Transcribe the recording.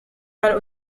weil